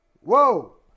Whoa